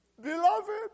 Beloved